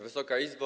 Wysoka Izbo!